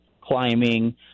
climbing